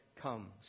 comes